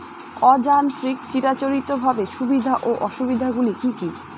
অযান্ত্রিক চিরাচরিতভাবে সুবিধা ও অসুবিধা গুলি কি কি?